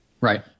Right